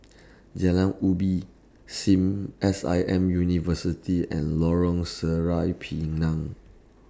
Jalan Ubi SIM S I M University and Lorong Sireh Pinang